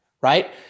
right